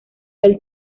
del